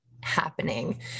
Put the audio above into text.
happening